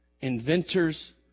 Inventors